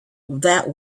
that